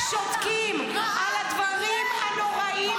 את רעת לב, רעת לב.